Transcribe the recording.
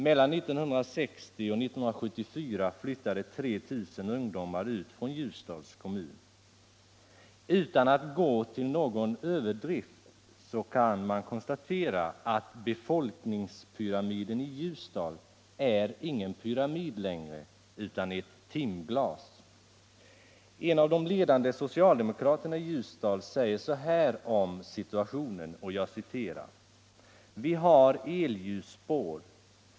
Mellan 1960 och 1974 flyttade 3 000 ungdomar ut från Ljusdals kommun. Utan att gå till någon överdrift kan man konstatera att befolkningspyramiden i Ljusdal är ingen pyramid längre utan ett timglas. En av de ledande socialdemokraterna i Ljusdal säger så här om situationen: ”Vi har elljusspår.